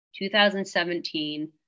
2017